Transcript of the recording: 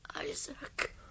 Isaac